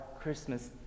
Christmas